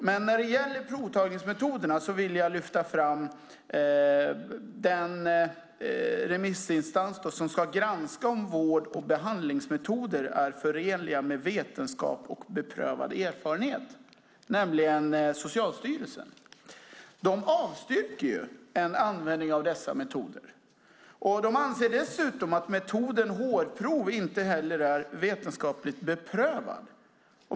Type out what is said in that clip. Men när det gäller provtagningsmetoderna vill jag lyfta fram den remissinstans som ska granska om vård och behandlingsmetoder är förenliga med vetenskap och beprövad erfarenhet, nämligen Socialstyrelsen. De avstyrker en användning av dessa metoder. De anser dessutom att metoden hårprov inte heller är vetenskapligt beprövad.